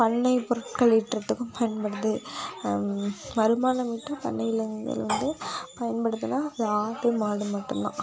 பண்ணை பொருட்கள் ஈட்டுறத்துக்கும் பயன்படுது வருமானம் வந்துட்டு பண்ணையில் இதில் வந்து பயன்படுதுன்னால் அது ஆடு மாடு மட்டும் தான்